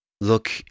look